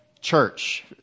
church